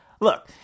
Look